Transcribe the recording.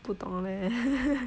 不懂 leh